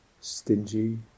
stingy